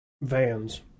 Vans